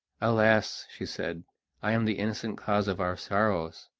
alas! she said i am the innocent cause of our sorrows,